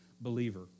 believer